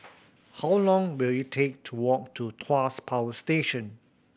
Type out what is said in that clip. how long will it take to walk to Tuas Power Station